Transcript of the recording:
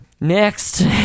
Next